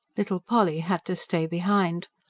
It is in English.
little polly had to stay behind.